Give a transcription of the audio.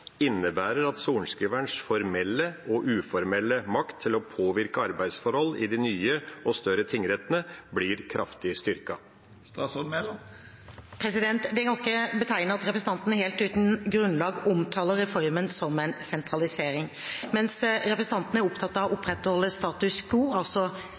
innebærer at sorenskriverens formelle og uformelle makt til å påvirke arbeidsforhold i de nye og større tingrettene blir kraftig styrket?» Det er ganske betegnende at representanten helt uten grunnlag omtaler reformen som en sentralisering. Mens representanten er opptatt av å opprettholde status quo, altså